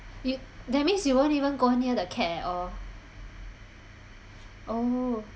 you that means you won't even go near the cat at all oh